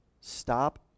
Stop